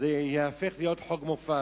יהפוך להיות חוק מופז.